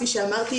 כפי שאמרתי,